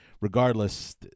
regardless